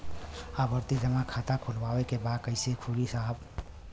आवर्ती जमा खाता खोलवावे के बा कईसे खुली ए साहब?